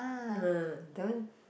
ah that one